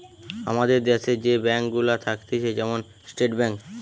আমাদের দ্যাশে যে ব্যাঙ্ক গুলা থাকতিছে যেমন স্টেট ব্যাঙ্ক